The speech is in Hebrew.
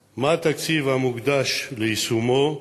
2. מה התקציב המוקדש ליישומו?